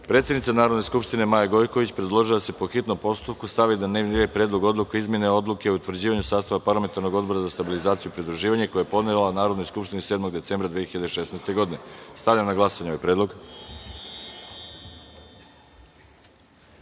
predlog. Predsednica Narodne Skupštine Maja Gojković, predložila je da se po hitnom postupku stavi na dnevni red – Predlog odluke o izmeni Odluke o utvrđivanju sastava Parlamentarnog odbora za stabilizaciju i pridruživanje, koji je podnela Narodnoj skupštini 7. decembra 2016. godine. Stavljam na glasanje ovaj